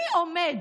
מי עומד